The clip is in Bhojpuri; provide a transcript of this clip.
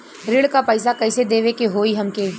ऋण का पैसा कइसे देवे के होई हमके?